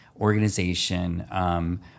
organization